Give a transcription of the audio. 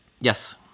Yes